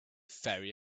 very